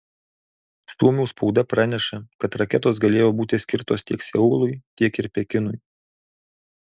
suomių spauda praneša kad raketos galėjo būti skirtos tiek seului tiek ir pekinui